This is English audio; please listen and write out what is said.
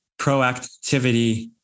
Proactivity